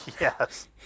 yes